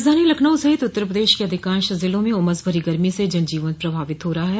राजधानी लखनऊ सहित उत्तर प्रदेश के अधिकांश जिलों में उमस भरी गर्मी से जनजीवन प्रभावित हो रहा है